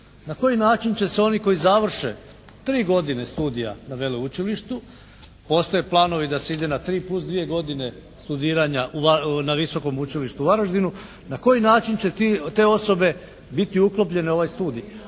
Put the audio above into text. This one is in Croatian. Na koji način će se oni koji završe tri godine studija na veleučilištu. Postoje planovi da se ide na tri plus dvije godine studiranja na visokom učilištu u Varaždinu, na koji način će te osobe biti uklopljene u ovaj studij.